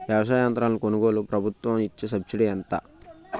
వ్యవసాయ యంత్రాలను కొనుగోలుకు ప్రభుత్వం ఇచ్చే సబ్సిడీ ఎంత?